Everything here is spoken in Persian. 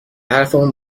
حرفمو